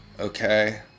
okay